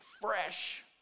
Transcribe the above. fresh